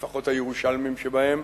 לפחות הירושלמים שבהם,